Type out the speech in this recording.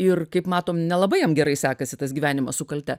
ir kaip matom nelabai jam gerai sekasi tas gyvenimas su kalte